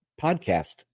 podcast